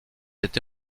été